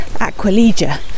Aquilegia